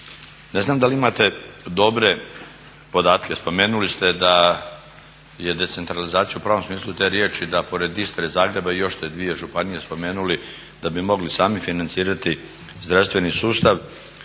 Ne znam da li imate dobre podatke, spomenuli ste da je decentralizacija u pravom smislu te riječi, da pored Istre i Zagreba još ste dvije županije spomenuli, da bi mogli sami financirati zdravstveni sustav.